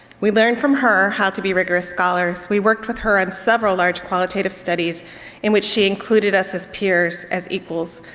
we learned from her how to be rigorous scholars, we worked with her on several large qualitative studies in which she included us as peers as equals,